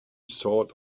thought